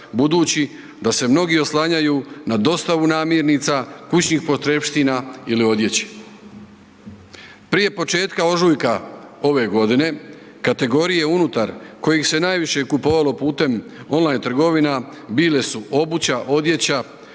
budući da se mnogi oslanjaju na dostavu namirnica, kućnih potrepština ili odjeće. Prije početka ožujka ove godine, kategorije unutar kojih se najviše kupovalo putem on line trgovina bile su obuća, odjeća